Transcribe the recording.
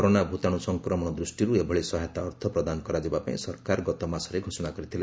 corona ଭୂତାଣୁ ସଂକ୍ରମଣ ଦୃଷ୍ଟିରୁ ଏଭଳି ସହାୟତା ଅର୍ଥ ପ୍ରଦାନ କରାଯିବା ପାଇଁ ସରକାର ଗତମାସରେ ଘୋଷଣା କରିଥିଲେ